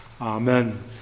Amen